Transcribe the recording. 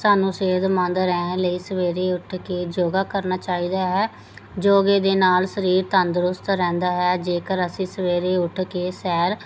ਸਾਨੂੰ ਸਿਹਤਮੰਦ ਰਹਿਣ ਲਈ ਸਵੇਰੇ ਉੱਠ ਕੇ ਯੋਗਾ ਕਰਨਾ ਚਾਹੀਦਾ ਹੈ ਯੋਗ ਦੇ ਨਾਲ ਸਰੀਰ ਤੰਦਰੁਸਤ ਰਹਿੰਦਾ ਹੈ ਜੇਕਰ ਅਸੀਂ ਸਵੇਰੇ ਉੱਠ ਕੇ ਸੈਰ